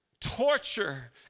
torture